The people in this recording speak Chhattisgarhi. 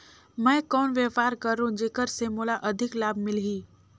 मैं कौन व्यापार करो जेकर से मोला अधिक लाभ मिलही?